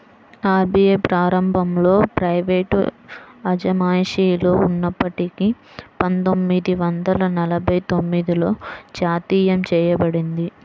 RBI ప్రారంభంలో private అజమాయిషిలో ఉన్నప్పటికీ పందొమ్మిది వందల నలభై తొమ్మిదిలో జాతీయం చేయబడింది